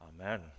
Amen